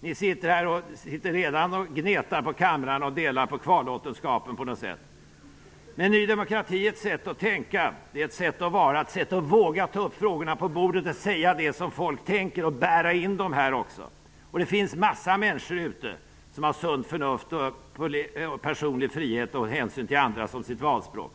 Ni sitter redan och gnetar på kamrarna med att dela på kvarlåtenskapen på något sätt. Ny demokrati är ett sätt att tänka, det är ett sätt att vara, att våga ta upp frågorna på bordet och säga det som folk tänker, att också bära in frågorna här. Det finns en massa människor där ute som har sunt förnuft, personlig frihet och hänsyn till andra som sitt valspråk.